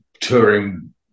touring